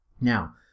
Now